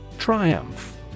Triumph